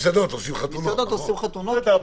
עושים חתונות במסעדות.